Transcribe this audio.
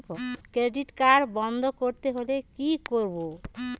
Credit card বন্ধ করতে হলে কি করব?